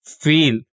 feel